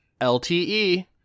lte